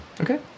Okay